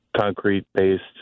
concrete-based